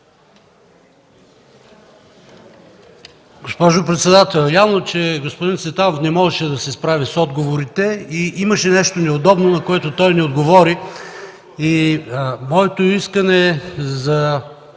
Госпожо председател, явно е, че господин Цветанов не можеше да се справи с отговорите и имаше нещо неудобно, на което той не отговори. Моето искане за